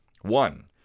One